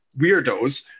weirdos